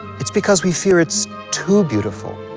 it's because we fear it's too beautiful,